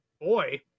boy